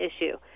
issue